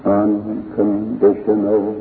unconditional